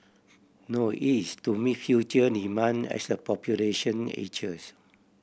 no it is to meet future demand as the population ages